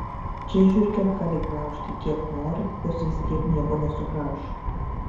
čia žiurkės gali graužti kiek nori jos vis tiek nieko nesugrauš